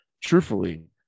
Truthfully